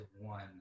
one